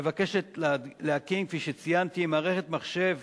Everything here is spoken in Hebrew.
מבקשת להקים, כפי שציינתי, מערכת מחשב